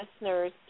listeners